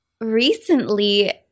recently